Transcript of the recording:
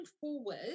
forward